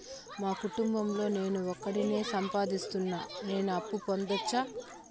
మా కుటుంబం లో నేను ఒకడినే సంపాదిస్తున్నా నేను అప్పు పొందొచ్చా